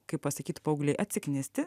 kaip pasakytų paaugliai atsiknisti